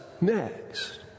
next